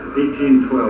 1812